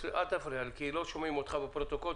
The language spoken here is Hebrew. אל תפריע לי כי לא שומעים אותך בפרוטוקול.